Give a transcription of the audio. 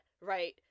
right